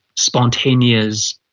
spontaneous,